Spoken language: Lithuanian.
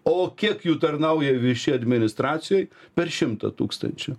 o kiek jų tarnauja viši administracijoj per šimtą tūkstančių